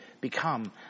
become